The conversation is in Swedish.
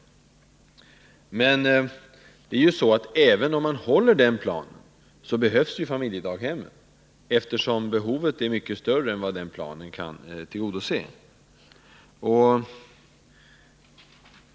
Men även om man håller den planen behövs familjedaghemmen. Behovet är mycket större än vad daghemsplanen kan tillgodose.